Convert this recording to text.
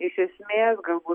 iš esmės galbūt